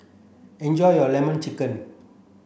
enjoy your lemon chicken